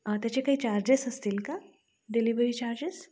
त्याचे काही चार्जेस असतील का डिलिव्हरी चार्जेस